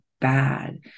bad